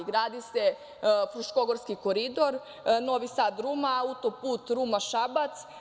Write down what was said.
Gradi se Fruškogorski koridor, Novi Sad-Ruma, autoput Ruma-Šabac.